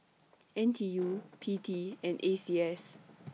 N T U P T and A C S